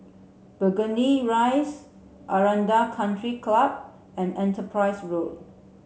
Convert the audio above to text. Burgundy Rise Aranda Country Club and Enterprise Road